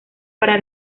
para